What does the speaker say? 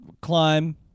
climb